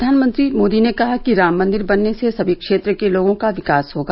प्रधानमंत्री मोदी ने कहा कि राम मंदिर बनने से समी क्षेत्र के लोगों का विकास होगा